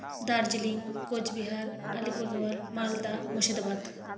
Darjeeling Cooch Behar Alipurduar Malda Murshidabad